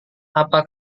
apa